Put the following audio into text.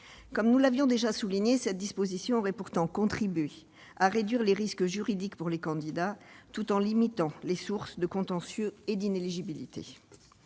Comme nous l'avions déjà souligné, cette disposition aurait pourtant contribué à réduire les risques juridiques pour les candidats, tout en limitant les sources de contentieux et d'inéligibilité.